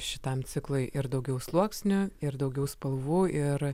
šitam ciklui ir daugiau sluoksnių ir daugiau spalvų ir